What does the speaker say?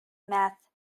meth